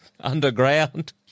underground